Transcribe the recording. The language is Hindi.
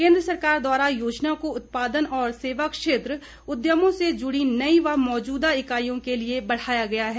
केन्द्र सरकार द्वारा योजना को उत्पादन और सेवा क्षेत्र उद्यमों से जुड़ी नई व मौजूदा इकाइयों के लिये बढ़ाया गया है